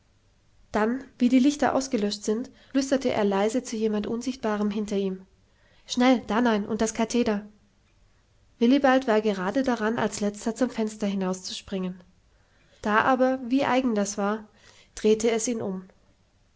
dann wie die lichter ausgelöscht sind flüstere er leise zu jemand unsichtbarem hinter ihm schnell da nein unters katheder willibald war gerade daran als letzter zum fenster hinauszuspringen da aber wie eigen das war drehte es ihn um